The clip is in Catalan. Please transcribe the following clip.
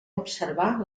observar